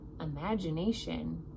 imagination